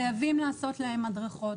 חייבים לעשות להם הדרכות.